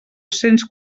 cents